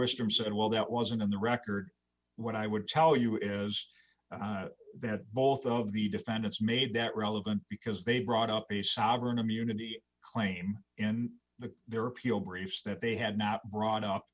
westermann said well that wasn't on the record what i would tell you is that both of the defendants made that relevant because they brought up the sovereign immunity claim in the their appeal briefs that they had not brought up